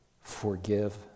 forgive